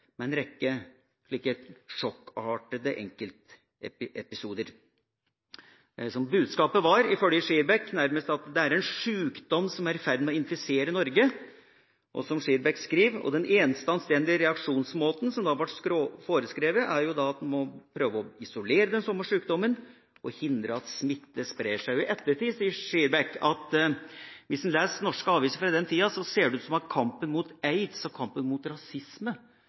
med en rekke sjokkartede enkeltepisoder. Budskapet var, ifølge Skirbekk, nærmest at det var en sjukdom som var i ferd med å infisere Norge, og, som Skirbekk skrev, at den eneste anstendige reaksjonsmåte som ble foreskrevet, var at en måtte prøve å isolere den samme sjukdommen og «hindre smitte fra å spre seg». I ettertid sier Skirbekk at hvis en leser norske aviser fra denne tida, ser det ut til at kampen mot aids og kampen mot rasisme